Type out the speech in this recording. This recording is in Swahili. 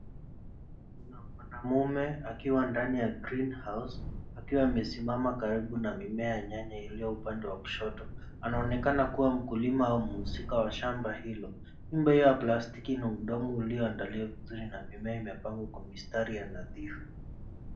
Mwanaume akiwa ndani ya greenhouse akiwa amesimama karibu na mimea ya nyanya iliyo upande wa kushoto, anaonekana kuwa mkulima au mhusika wa shamba hilo. Nyumba hiyo ya plastiki ina udongo iliyoandaliwa vizuri na mimea imepangwa kwa mistari ya nadhifu.